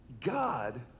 God